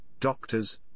doctors